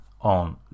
on